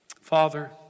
Father